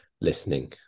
listening